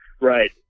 Right